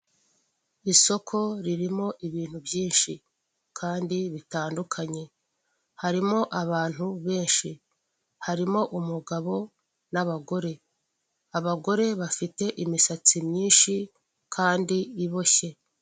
Isoko ririmo ibintu byinshi kandi bitandukanye harimo abantu benshi, harimo umugabo n'abagore. Abagore bafite imisatsi myinshi kandi iboshye.